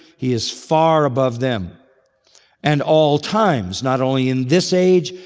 he is far above them and all times. not only in this age,